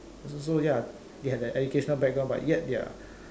it's also ya they have the educational background but yet they're